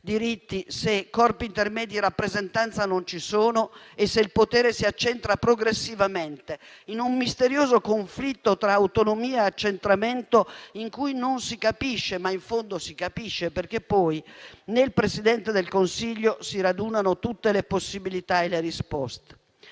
diritti, se i corpi intermedi di rappresentanza non ci sono e se il potere si accentra progressivamente, in un misterioso conflitto tra autonomia e accentramento in cui non si capisce? Ma in fondo si capisce, perché poi nel Presidente del Consiglio si radunano tutte le possibilità e le risposte.